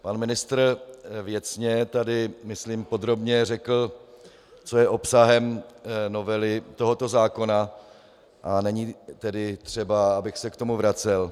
Pan ministr tady věcně a myslím podrobně řekl, co je obsahem novely tohoto zákona, a není tedy třeba, abych se k tomu vracel.